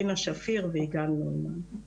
רינה שפיר ויגאל נוימן.